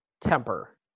temper